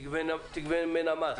תגבה ממנה מס,